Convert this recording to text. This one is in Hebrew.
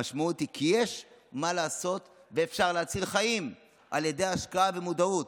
המשמעות היא כי יש מה לעשות ואפשר להציל חיים על ידי השקעה במודעות.